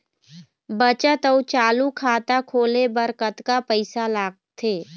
बचत अऊ चालू खाता खोले बर कतका पैसा लगथे?